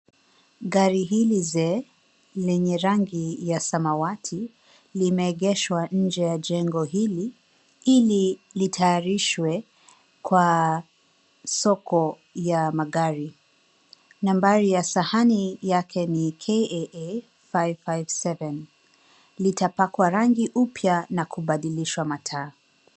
Gari hili zee lenye rangi ya samawati limeegeshwa nje ya jengo hili litayarishwe kwa soko ya magari. Nambari ya sahani yake ni KAA 557. Litapakwa rangi upya na kubadilishwa mataa.